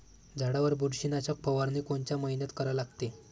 झाडावर बुरशीनाशक फवारनी कोनच्या मइन्यात करा लागते?